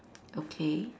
okay